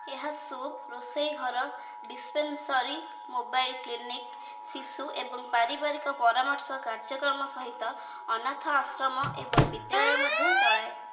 ଏହା ସୁପ୍ ରୋଷେଇ ଘର ଡିସପେନସରୀ ମୋବାଇଲ୍ କ୍ଲିନିକ୍ ଶିଶୁ ଏବଂ ପାରିବାରିକ ପରାମର୍ଶ କାର୍ଯ୍ୟକ୍ରମ ସହିତ ଅନାଥ ଆଶ୍ରମ ଏବଂ ବିଦ୍ୟାଳୟ ମଧ୍ୟ ଚଳାଏ